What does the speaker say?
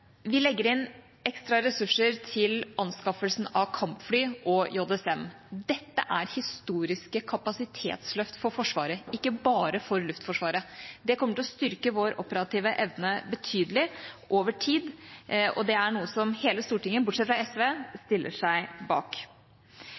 Vi legger inn ekstra ressurser til anskaffelsen av kampfly og JSM. Dette er historiske kapasitetsløft for Forsvaret, ikke bare for Luftforsvaret. Det kommer til å styrke vår operative evne betydelig over tid, og det er noe som hele Stortinget, bortsett fra SV,